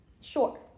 Sure